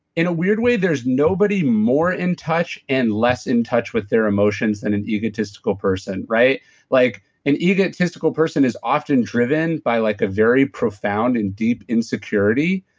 in a weird way, there's nobody more in touch and less in touch with their emotions than an egotistical person. an like and egotistical person is often driven by like a very profound and deep insecurity,